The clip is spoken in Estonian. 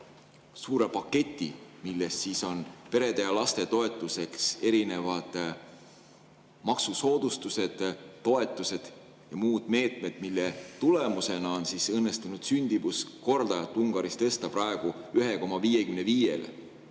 suure paketi, milles on perede ja laste toetuseks erinevad maksusoodustused, toetused ja muud meetmed, mille tulemusena on õnnestunud sündimuskordaja Ungaris tõsta praegu 1,55‑le,